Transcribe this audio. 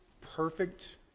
perfect